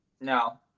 No